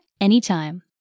anytime